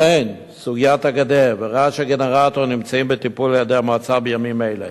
וכן סוגיית הגדר ורעש הגנרטור נמצאים בטיפול על-ידי המועצה בימים אלה.